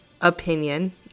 opinion